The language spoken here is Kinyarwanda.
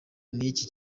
n’iki